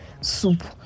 soup